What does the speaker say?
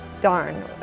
darn